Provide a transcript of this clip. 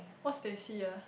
what's teh C ah